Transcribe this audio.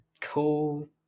cool